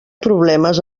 problemes